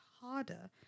harder